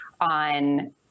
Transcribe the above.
on